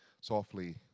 softly